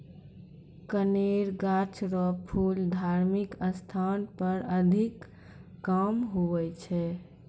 कनेर गाछ रो फूल धार्मिक स्थान पर अधिक काम हुवै छै